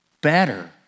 better